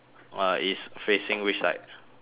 uh is facing which side